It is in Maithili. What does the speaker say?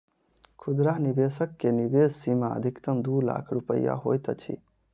खुदरा निवेशक के निवेश सीमा अधिकतम दू लाख रुपया होइत अछि